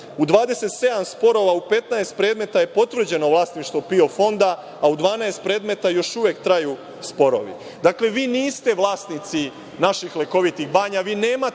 u 27 sporova u 15 predmeta je potvrđeno vlasništvo PIO fonda, a u 12 predmeta još uvek traju sporovi. Dakle, vi niste vlasnici naših lekovitih banja, vi nemate